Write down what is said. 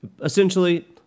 Essentially